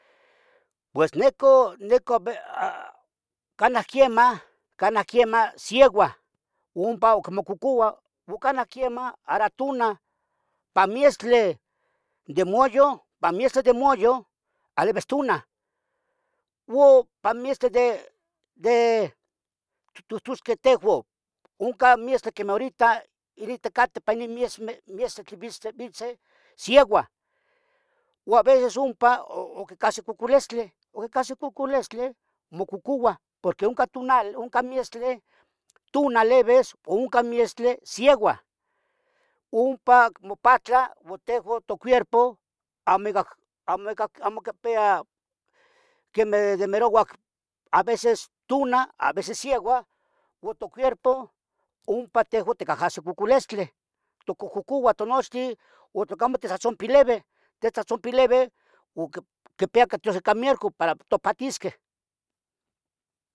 Pues nicon, canah quiemah, canah quiemah sieua. Uo ompa itmococouah o canah quiemah aratona pa miestle de moyo aleves tona uo pa miestle de ittohtosqueh tehuan oncan mietztle quemeh horita cateh quemeh ipan nin mietzmeh tlen vitzeh, siegua uo aveces ompa cahsie cocolistli uo cahsi cocolistli mococuah porque oncah miestli tona levis, o oncan miestle siegua ompa mopatlah motehua tocuerpo amo quipeya quemeh demerouac aveces tuna, aveces siegua uo tocuerpo ompa tejuan ticahahsih cocolistli. Tocohcocouah tinochtin uno tlacamo titzohtzonpeleuih, totzohtzonpilievih uan moniqui tiasqueh can mierco para topahtisqueh.